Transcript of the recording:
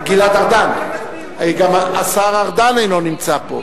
השר ארדן, גם השר ארדן אינו נמצא פה.